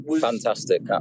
fantastic